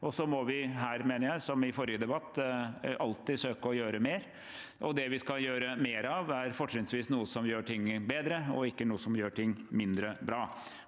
å spille. Her, som i forrige debatt, må vi alltid søke å gjøre mer. Det vi skal gjøre mer av, er fortrinnsvis noe som gjør ting bedre, og ikke noe som gjør ting mindre bra.